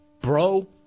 Bro